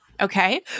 okay